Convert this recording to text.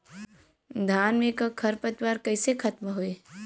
धान में क खर पतवार कईसे खत्म होई?